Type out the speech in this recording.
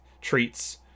treats